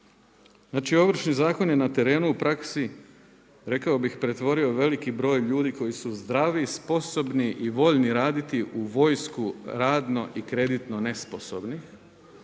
Znači Ovršni zakon je na terenu u praksi rekao bih pretvorio veliki broj ljudi koji su zdravi i sposobni i voljni raditi u vojsku radno i kreditno nesposobnih,